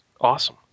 Awesome